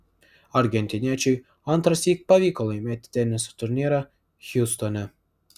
argentiniečiui antrąsyk pavyko laimėti teniso turnyrą hjustone